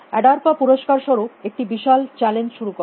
আদারপা পুরস্কার স্বরূপ একটি বিশাল চ্যালেঞ্জ শুরু করে